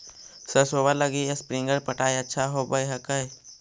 सरसोबा लगी स्प्रिंगर पटाय अच्छा होबै हकैय?